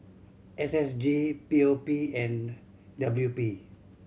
S S G P O P and W P